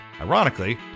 ironically